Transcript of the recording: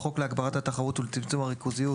28. בחוק להגברת התחרות ולצמצום הריכוזיות